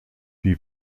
wie